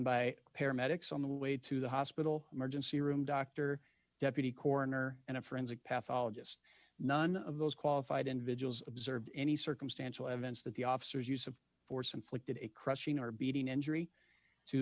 by paramedics on the way to the hospital emergency room doctor deputy coroner and a forensic pathologist none of those qualified individuals observed any circumstantial evidence that the officers use of force inflicted a crushing or beating injury to